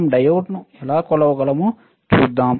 మనం డయోడ్ను ఎలా కొలవగలమో చూద్దాం